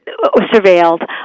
surveilled